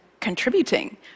contributing